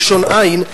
מלשון אין,